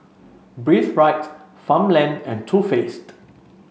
Breathe Right Farmland and Too Faced